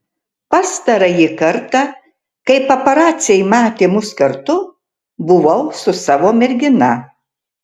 pastarąjį kartą kai paparaciai matė mus kartu buvau su savo mergina